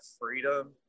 freedom